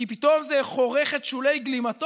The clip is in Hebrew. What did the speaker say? כי פתאום זה חורך את שולי גלימתו?